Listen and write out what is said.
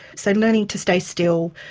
so learning to stay still,